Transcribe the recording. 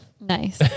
Nice